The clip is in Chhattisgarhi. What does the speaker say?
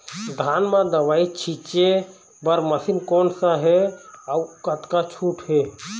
धान म दवई छींचे बर मशीन कोन सा हे अउ कतका छूट हे?